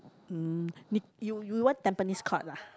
mm you you you went tampines Courts ah